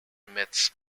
myths